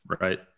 Right